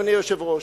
אדוני היושב-ראש.